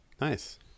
Nice